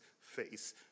face